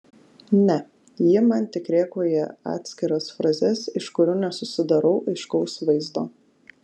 ne ji man tik rėkauja atskiras frazes iš kurių nesusidarau aiškaus vaizdo